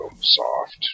soft